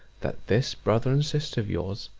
that this brother and sister of yours,